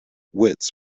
wits